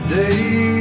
day